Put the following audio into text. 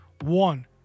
One